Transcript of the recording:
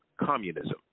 communism